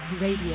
Radio